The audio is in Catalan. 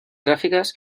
gràfiques